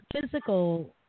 physical